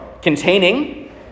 containing